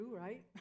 right